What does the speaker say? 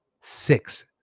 Six